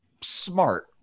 smart